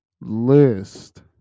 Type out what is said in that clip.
list